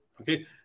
okay